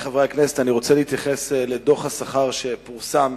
אני רוצה להתייחס לדוח השכר שפורסם,